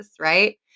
right